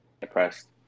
depressed